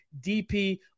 DP